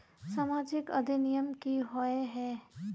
सामाजिक अधिनियम की होय है?